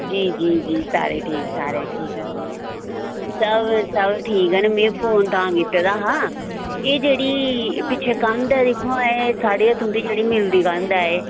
जी जी जी सारे ठीक सारे ठीक ऐ सब सब ठीक न में फोन तां कीते दा हा एह् जेह्ड़ी पिच्छै कंध दिक्खो हां ऐ साढ़े तुं'दी जेह्ड़ी मिलदी कंध ऐ एह्